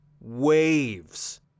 waves